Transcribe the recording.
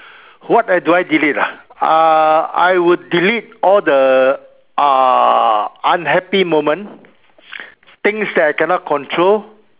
what do I delete ah uh I would delete all the uh unhappy moments things that I cannot control